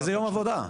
איזה יום עבודה?